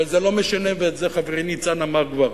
אבל זה לא משנה, ואת זה חברי ניצן אמר כבר.